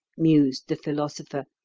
mused the philosopher,